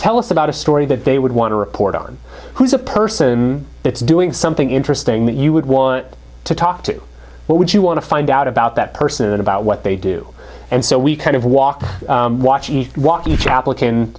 tell us about a story that they would want to report on who's a person that's doing something interesting that you would want to talk to what would you want to find out about that person about what they do and so we kind of walk watch each walk each applica